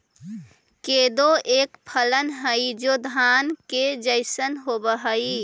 कोदो एक फसल हई जो धान के जैसन होव हई